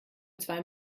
zwei